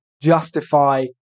justify